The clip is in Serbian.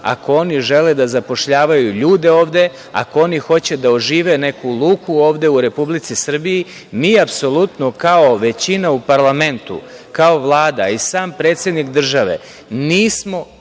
ako oni žele da zapošljavaju ljude ovde, ako oni hoće da ožive neku luku ovde u Republici Srbiji. Mi, apsolutno, kao većina u parlamentu, kao Vlada i sam predsednik države, nismo